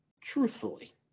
truthfully